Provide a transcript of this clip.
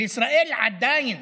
וישראל היא עדיין